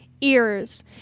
Ears